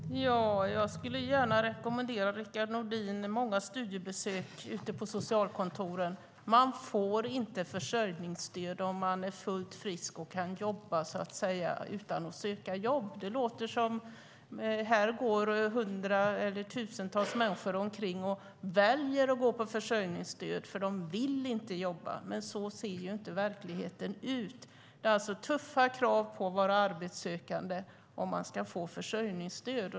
Herr talman! Jag skulle gärna rekommendera Rickard Nordin många studiebesök ute på socialkontoren. Man får inte försörjningsstöd utan att söka jobb om man är fullt frisk och kan jobba. Det låter som om det går omkring tusentals människor och väljer att gå på försörjningsstöd eftersom de inte vill jobba, men så ser ju inte verkligheten ut. Det är tuffa krav på att vara arbetssökande om man ska få försörjningsstöd.